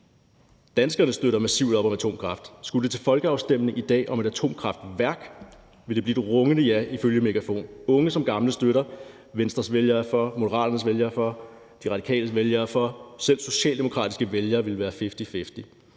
Danskerne støtter massivt op om atomkraft. Skulle det til folkeafstemning i dag om et atomkraftværk, ville det blive et rungende ja ifølge Megafon. Unge som gamle støtter. Venstres vælgere er for. Moderaternes vælgere er for. De Radikales vælgere er for. Selv socialdemokratiske vælgere ville være